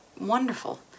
wonderful